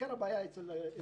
עיקר הבעיה הוא אצל הגברים.